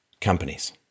companies